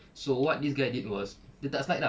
so what this guy did was dia tak slide ah